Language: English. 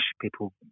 people